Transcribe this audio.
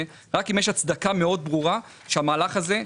רק אם יש הצדקה מאוד ברורה למהלך הזה.